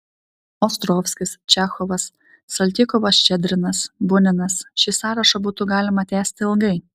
ostrovskis čechovas saltykovas ščedrinas buninas šį sąrašą būtų galima tęsti ilgai